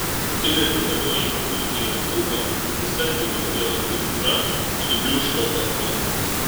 kai radikalioji chirurgija žlugo visa chirurgijos kultūra subliūško kartu